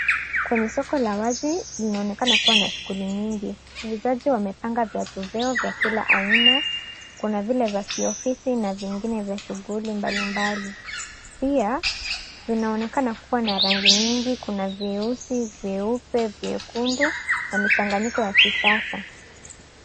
Kwenye soko la wazi inaonekana kua na shughuli nyingi. Muuzaji amepanga viatu vyao vya kila aina. Kuna zile za kiofisi na zingine za shughuli mbali mbali. Pia vinaonekana kua na rangi mingi, kuna vyeusi, vyeupe, vyekundu, na michanganyiko ya kisasa.